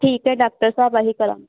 ਠੀਕ ਹੈ ਡਾਕਟਰ ਸਾਹਿਬ ਆਹੀ ਕਰਾਂਗੀ